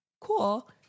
Cool